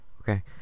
Okay